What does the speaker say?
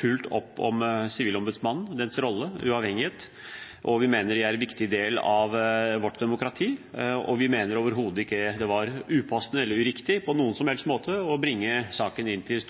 fullt opp om Sivilombudsmannen, hans rolle og uavhengighet. Vi mener det er en viktig del av vårt demokrati, og vi mener overhodet ikke det var upassende eller uriktig på noen som helst måte å bringe saken inn til